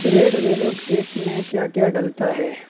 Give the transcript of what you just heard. red velvet cake میں کیا کیا ڈلتا ہے